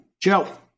Joe